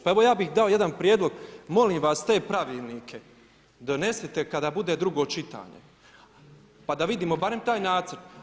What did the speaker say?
Pa evo ja bih dao jedan prijedlog, molim vas t pravilnike donesite kada bude drugo čitanje pa da vidimo barem taj nacrt.